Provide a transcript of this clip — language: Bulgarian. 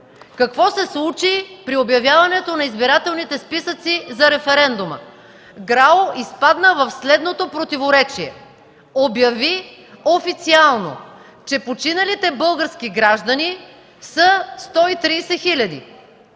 Какво се случи при обявяването на избирателните списъци за референдума? ГРАО изпадна в следното противоречие – обяви официално, че е починалите български граждани са 130 хиляди,